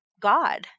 God